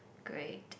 great